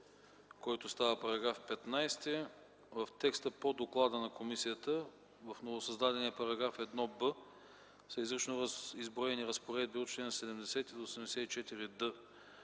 който става § 15 в текста по доклада на комисията, в новосъздадения § 1б са изрично изброени разпоредби от чл. 70 до чл.